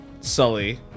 Sully